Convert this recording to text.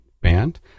band